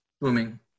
booming